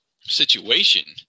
situation